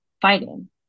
fighting